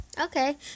okay